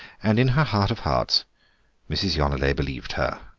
and in her heart of hearts mrs. yonelet believed her.